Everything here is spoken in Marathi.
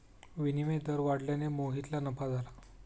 विनिमय दर वाढल्याने मोहितला नफा झाला